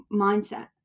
mindset